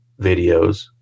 videos